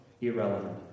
irrelevant